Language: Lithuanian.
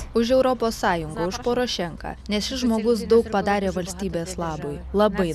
už europos sąjungą už porošenką nes šis žmogus daug padarė valstybės labui labai daug